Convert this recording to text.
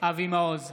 אבי מעוז,